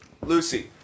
Lucy